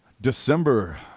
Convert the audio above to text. december